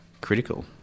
critical